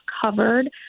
covered